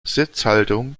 sitzhaltung